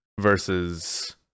versus